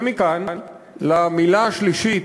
ומכאן למילה השלישית,